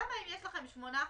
אם יש לכם שמונה חודשים,